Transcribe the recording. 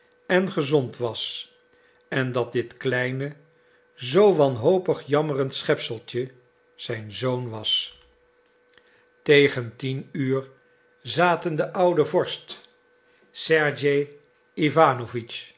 en gezond was en dat dit kleine zoo wanhopig jammerend schepseltje zijn zoon was tegen tien uur zaten de oude vorst sergej